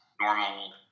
normal